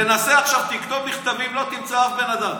תנסה עכשיו, תכתוב מכתבים, לא תמצא אף בן אדם.